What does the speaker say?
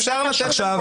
אפשר לתת לפרופ'